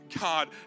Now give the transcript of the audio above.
God